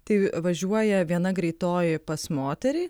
tai važiuoja viena greitoji pas moterį